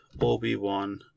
Obi-Wan